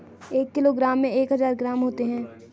एक किलोग्राम में एक हजार ग्राम होते हैं